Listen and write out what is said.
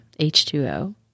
H2O